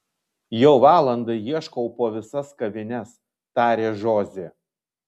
jau valandą ieškau po visas kavines tarė žozė